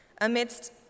amidst